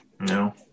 No